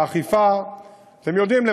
אתם יודעים,